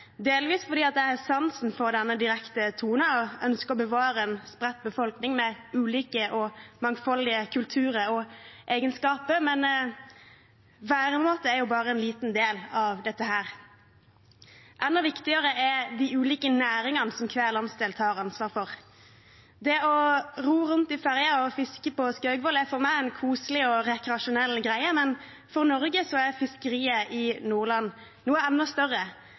delvis fordi jeg har sansen for denne direkte tonen og ønsker å bevare en spredt befolkning med ulike og mangfoldige kulturer og egenskaper. Men væremåte er jo bare en liten del av dette. Enda viktigere er de ulike næringene som hver landsdel tar ansvar for. Det å ro rundt i ferier og fiske på Skaugvoll er for meg en koselig og rekreasjonell greie, men for Norge er fiskeriet i Nordland noe enda større